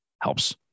helps